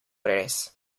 res